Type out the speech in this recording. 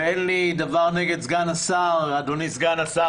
ואין לי דבר נגד אדוני סגן השר,